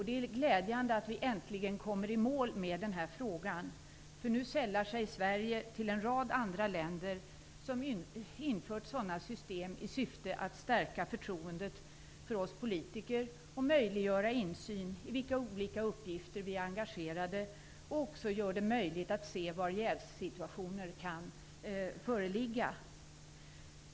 Det är glädjande att vi äntligen kommer i mål med den här frågan. Nu sällar sig Sverige till en rad andra länder som har infört system i syfte att stärka förtroendet för oss politiker och möjliggöra insyn i vilka olika uppgifter vi är engagerade i och också i var jävssituationer kan föreligga.